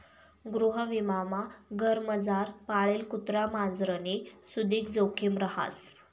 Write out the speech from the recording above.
गृहविमामा घरमझार पाळेल कुत्रा मांजरनी सुदीक जोखिम रहास